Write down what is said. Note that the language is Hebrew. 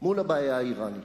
מול הבעיה האירנית.